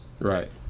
Right